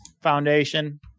foundation